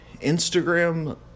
Instagram